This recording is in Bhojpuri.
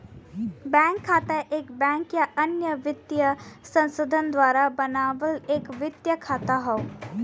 बैंक खाता एक बैंक या अन्य वित्तीय संस्थान द्वारा बनावल एक वित्तीय खाता हौ